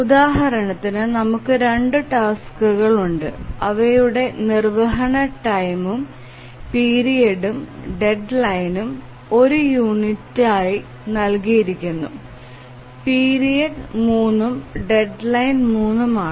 ഉദാഹരണത്തിന് നമുക്ക് 2 ടാസ്ക്കുകൾ ഉണ്ട് അവയുടെ നിർവ്വഹണ ടൈം പീരിയഡ്ഉം ഡെഡ്ലൈനും 1 യൂണിറ്റായി നൽകിയിരിക്കുന്നു പീരിയഡ് 3 ഉം ഡെഡ്ലൈൻ 3 ഉം ആണ്